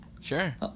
Sure